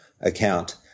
account